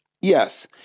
Yes